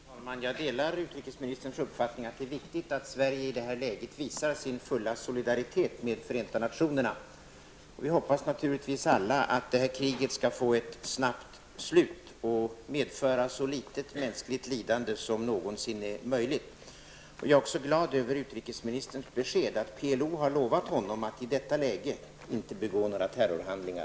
Herr talman! Jag delar utrikesministerns uppfattning att det är viktigt att Sverige i det här läget visar sin fulla solidaritet med Förenta Nationerna. Vi hoppas naturligtvis alla att kriget skall få ett snabbt slut och medföra så litet mänskligt lidande som någonsin är möjligt. Jag är också glad över utrikesministerns besked att PLO har lovat honom att i detta läge inte begå några terrorhandlingar.